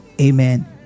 Amen